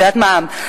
את יודעת מה אומרים?